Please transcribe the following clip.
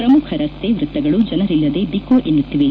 ಪ್ರಮುಖ ರಸ್ತೆ ವ್ಯಕ್ತಗಳು ಜನರಿಲ್ಲದೆ ಬಿಕೋ ಎನ್ನುತ್ತಿವೆ